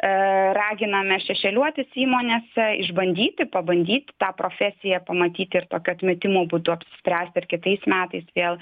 ir raginame šešeliuotis įmonėse išbandyti pabandyti tą profesiją pamatyti ir tokiu atmetimo būdu apsispręsti ar kitais metais vėl